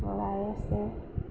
চৰাই আছে